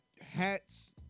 Hats